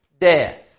death